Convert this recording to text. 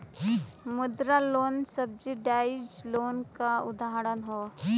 मुद्रा loan subsidise loan क उदाहरण हौ